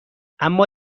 اما